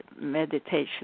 meditation